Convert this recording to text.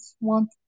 want